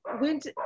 went